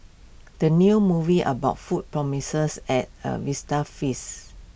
the new movie about food promises A A vista feast